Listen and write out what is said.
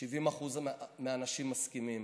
70% מהאנשים מסכימים.